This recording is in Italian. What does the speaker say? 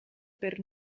per